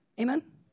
Amen